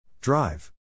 Drive